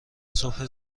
صبح